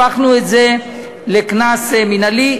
הפכנו את זה לקנס מינהלי.